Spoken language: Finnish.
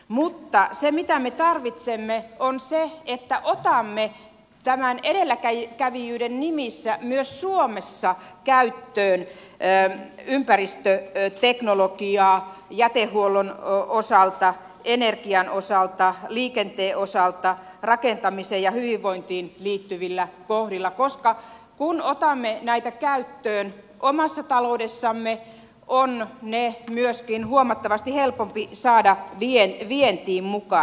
mutta se mitä me tarvitsemme on se että otamme tämän edelläkävijyyden nimissä myös suomessa käyttöön ympäristöteknologiaa jätehuollon osalta energian osalta liikenteen osalta rakentamiseen ja hyvinvointiin liittyvissä kohdissa koska kun otamme näitä käyttöön omassa taloudessamme on ne myöskin huomattavasti helpompi saada vientiin mukaan